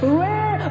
rare